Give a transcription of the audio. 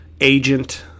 agent